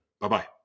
Bye-bye